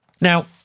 Now